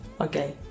Okay